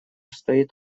стоит